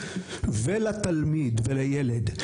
לתלמיד ולילד.